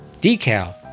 decal